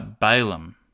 Balaam